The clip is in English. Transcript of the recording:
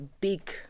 big